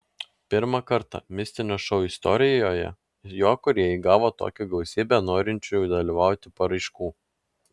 pirmą kartą mistinio šou istorijoje jo kūrėjai gavo tokią gausybę norinčiųjų dalyvauti paraiškų